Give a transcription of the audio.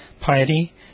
piety